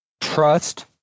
trust